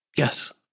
Yes